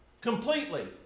completely